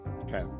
okay